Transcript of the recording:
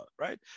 right